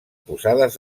posades